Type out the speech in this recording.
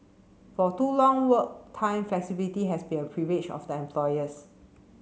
for too long work time flexibility has been a privilege of the employers